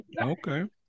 Okay